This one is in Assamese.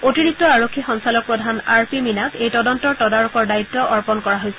অতিৰিক্ত আৰক্ষী সঞ্চালক প্ৰধান আৰ পি মীনাক এই তদন্তৰ তদাৰকৰ দায়িত্ব অৰ্পণ কৰা হৈছে